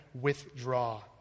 withdraw